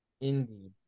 Indeed